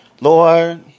Lord